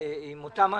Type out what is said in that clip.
אותם אנשים,